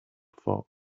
fox